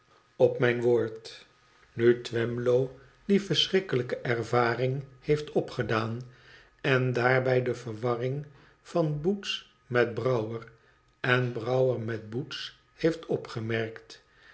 op mijn woord nu twemlow die verschrikkelijke ervaring heeft opgedaan en daarbij de verwarring van boots met brouwer en brouwer met boots heeft opgemerkt